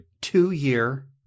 two-year